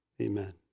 Amen